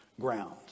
ground